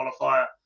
qualifier